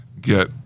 get